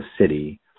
city